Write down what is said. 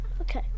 Okay